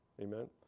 Amen